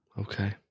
Okay